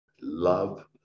love